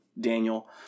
Daniel